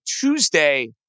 Tuesday